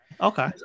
Okay